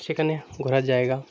সেখানে ঘোরার জায়গা